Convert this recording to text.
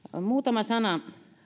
muutama sana